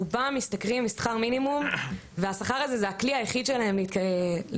רובם משתכרים משכר מינימום והשכר הזה זה הכלי היחיד שלהם להתקיים.